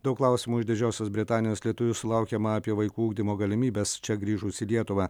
daug klausimų iš didžiosios britanijos lietuvių sulaukiama apie vaikų ugdymo galimybes čia grįžus į lietuvą